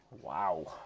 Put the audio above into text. Wow